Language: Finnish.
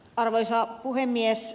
arvoisa puhemies